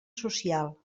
social